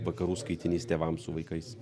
vakarų skaitinys tėvam su vaikais